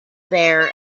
there